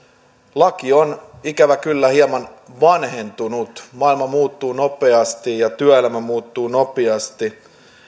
laki on ikävä kyllä hieman vanhentunut maailma muuttuu nopeasti ja työelämä muuttuu nopeasti